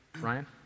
Ryan